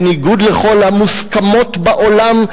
בניגוד לכל המוסכמות בעולם,